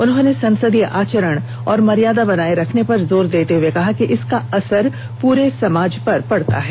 उन्होंने संसदीय आचरण और मर्यादा बनाए रखने पर जोर देते हुए कहा कि इसका असर पूरे समाज पर पड़ता है